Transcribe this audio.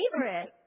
favorite